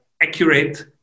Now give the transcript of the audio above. accurate